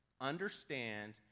understand